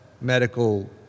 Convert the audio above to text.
medical